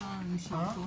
הישיבה ננעלה